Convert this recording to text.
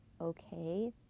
okay